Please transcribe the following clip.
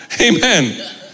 Amen